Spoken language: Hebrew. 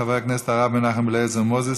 חבר הכנסת הרב מנחם אליעזר מוזס,